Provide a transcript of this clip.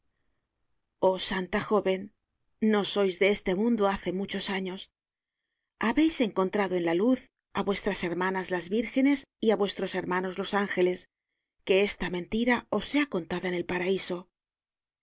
oh santa jóven no sois de este mundo hace muchos años habeis encontrado en la luz á vuestras hermanas las vírgenes y á vuestros hermanos los ángeles que esta mentira os sea contada en el paraiso